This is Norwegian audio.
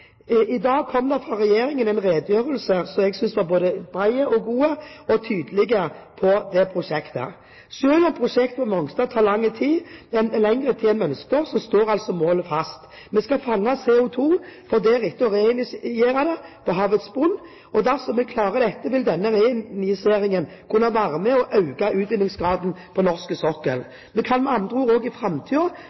I dag kom det fra regjeringen en redegjørelse som jeg synes var både bred og god og tydelig med tanke på det prosjektet. Selv om prosjektet på Mongstad tar lengre tid enn vi kunne ønske oss, står altså målet fast. Vi skal fange CO2, for deretter å reinjisere den på havets bunn. Dersom vi klarer det, vil denne reinjiseringen kunne være med på å øke utvinningsgraden på norsk sokkel. Vi kan med andre ord også i